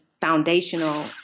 foundational